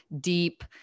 deep